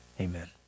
Amen